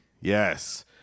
Yes